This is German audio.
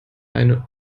eine